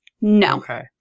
No